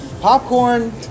Popcorn